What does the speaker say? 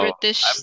British